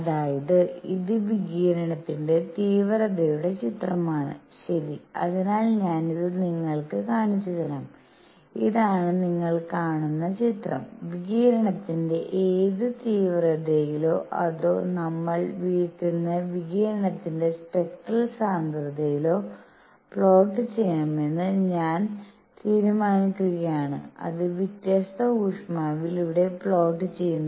അതായത് ഇത് വികിരണത്തിന്റെ തീവ്രതയുടെ ചിത്രമാണ് ശരി അതിനാൽ ഞാൻ ഇത് നിങ്ങൾക്ക് കാണിച്ചുതരാം ഇതാണ് നിങ്ങൾ കാണുന്ന ചിത്രംവികിരണത്തിന്റെ ഏത് തീവ്രതയിലോ അതോ നമ്മൾ വിളിക്കുന്ന വികിരണത്തിന്റെ സ്പെക്ട്രൽ സാന്ദ്രതയിലോ പ്ലോട്ട് ചെയ്യണമെന്നു ഞാൻ തീരുമാനിക്കുകയാണ് അത് വ്യത്യസ്ത ഊഷ്മാവിൽ ഇവിടെ പ്ലോട്ട് ചെയുന്നു